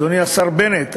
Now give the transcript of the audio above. אדוני השר בנט,